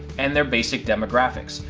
and their basic demographics.